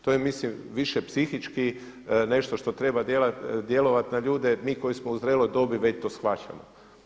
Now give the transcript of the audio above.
To je mislim više psihički nešto što treba djelovati na ljude, mi koji smo zreloj dobi već to shvaćamo.